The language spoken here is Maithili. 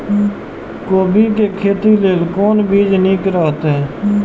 कोबी के खेती लेल कोन बीज निक रहैत?